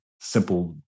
Simple